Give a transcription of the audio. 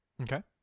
Okay